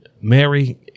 Mary